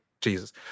Jesus